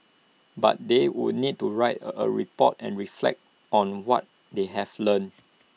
but they would need to write A report and reflect on what they have learnt